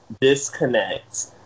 Disconnect